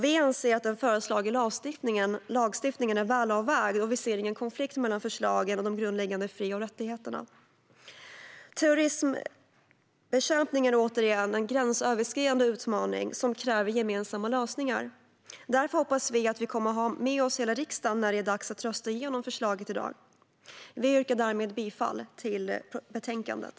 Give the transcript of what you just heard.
Vi anser att den föreslagna lagstiftningen är väl avvägd och ser ingen konflikt mellan förslagen och de grundläggande fri och rättigheterna. Terrorismbekämpningen är, återigen, en gränsöverskridande utmaning som kräver gemensamma lösningar. Därför hoppas vi att vi kommer att ha med oss hela riksdagen när det är dags att rösta igenom förslaget. Jag yrkar därmed bifall till förslaget i betänkandet.